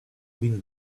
been